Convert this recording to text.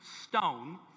stone